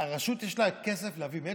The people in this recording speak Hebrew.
לרשויות יש כסף להביא מצ'ינג?